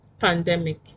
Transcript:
pandemic